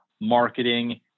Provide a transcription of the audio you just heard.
marketing